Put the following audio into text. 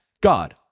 God